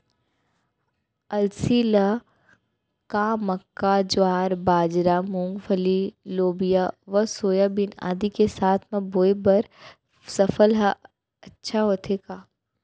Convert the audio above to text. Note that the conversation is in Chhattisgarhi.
अलसी ल का मक्का, ज्वार, बाजरा, मूंगफली, लोबिया व सोयाबीन आदि के साथ म बोये बर सफल ह अच्छा होथे का?